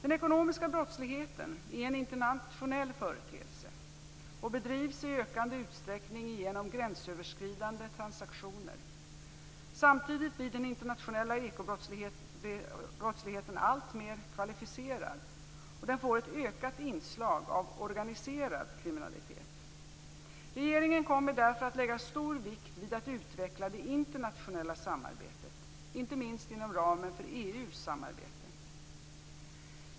Den ekonomiska brottsligheten är en internationell företeelse och bedrivs i ökande utsträckning genom gränsöverskridande transaktioner. Samtidigt blir den internationella ekobrottsligheten alltmer kvalificerad och får ett ökat inslag av organiserad kriminalitet. Regeringen kommer därför att lägga stor vikt vid att utveckla det internationella samarbetet, inte minst inom ramen för EU:s samarbete.